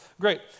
Great